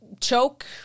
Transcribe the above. choke